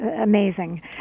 amazing